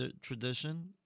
tradition